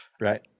right